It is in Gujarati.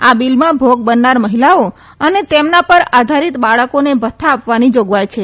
આ બિલમાં ભોગ બનનાર મહિલાઓ અને તેમના પર આધારિત બાળકોને ભથ્થા આપવાની જોગવાઈ છે